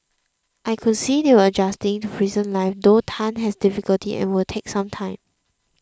I could see they are adjusting to prison life although Tan has difficulty and will take some time